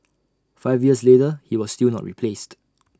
five years later he was still not replaced